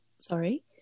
sorry